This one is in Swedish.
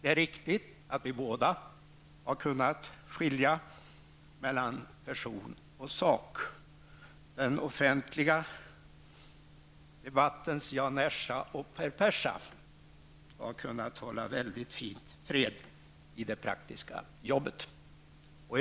Det är riktigt att vi har kunnat skilja mellan person och sak. Den offentliga debattens Jan Ersa och Per Persa har kunnat hålla fred i det praktiska arbetet.